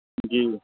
जी